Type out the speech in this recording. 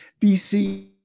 BC